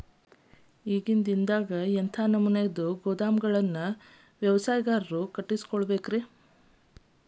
ಇಂದಿನ ದಿನಗಳಲ್ಲಿ ಎಂಥ ನಮೂನೆ ಗೋದಾಮುಗಳನ್ನು ವ್ಯವಸಾಯಗಾರರು ಕಟ್ಟಿಸಿಕೊಳ್ಳಬೇಕು?